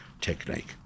technique